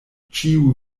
ĉiu